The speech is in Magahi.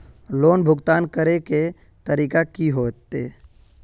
लोन भुगतान करे के तरीका की होते?